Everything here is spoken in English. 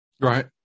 Right